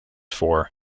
for